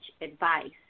advice